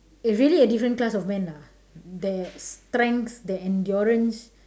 eh really a different class of man lah that strength that endurance